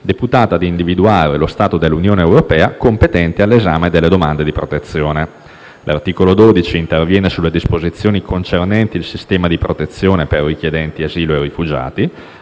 deputata ad individuare lo Stato dell'Unione europea competente all'esame delle domande di protezione. L'articolo 12 interviene sulle disposizioni concernenti il sistema di protezione per richiedenti asilo e rifugiati,